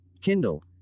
kindle